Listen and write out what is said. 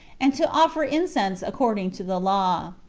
and to offer incense according to the law.